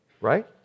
Right